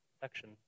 section